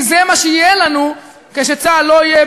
כי זה מה שיהיה לנו כשצה"ל לא יהיה